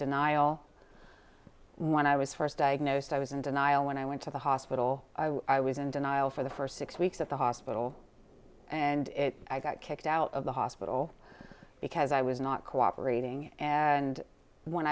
denial when i was first diagnosed i was in denial when i went to the hospital i was in denial for the first six weeks at the hospital and it i got kicked out of the hospital because i was not cooperating and when